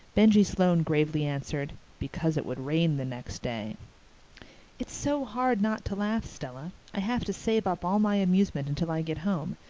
benjie sloane gravely answered, because it would rain the next day it's so hard not to laugh, stella. i have to save up all my amusement until i get home,